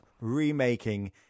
remaking